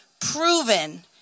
proven